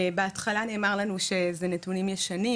בהתחלה נאמר לנו שאלה נתונים ישנים,